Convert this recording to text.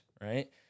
right